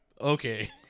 okay